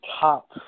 top